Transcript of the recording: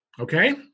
Okay